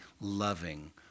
loving